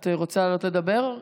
את רוצה לעלות לדבר?